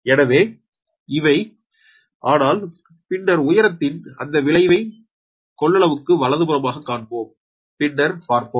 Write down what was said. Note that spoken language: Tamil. எனவே இவை விஷயங்கள் ஆனால் பின்னர் உயரத்தின் அந்த விளைவை கொள்ளளவுக்கு வலதுபுறமாகக் காண்போம் பின்னர் பார்ப்போம்